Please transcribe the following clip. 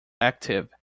active